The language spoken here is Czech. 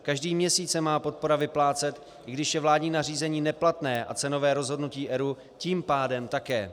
Každý měsíc se má podpora vyplácet, i když je vládní nařízení neplatné a cenové rozhodnutí ERÚ tím pádem také.